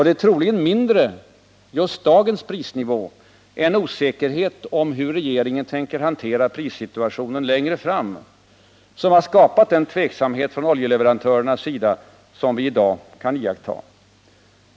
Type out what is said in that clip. Det är troligen mindre just dagens prisnivå än osäkerhet om hur regeringen tänker hantera prissituationen längre fram som har skapat den tveksamhet från oljeleverantörernas sida som vi i dag kan iaktta.